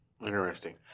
Interesting